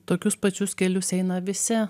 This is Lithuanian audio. tokius pačius kelius eina visi